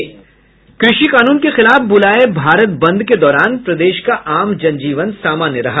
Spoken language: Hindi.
कृषि कानून के खिलाफ बुलाये भारत बंद के दौरान प्रदेश का आम जनजीवन सामान्य रहा